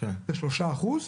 זה שלושה אחוז.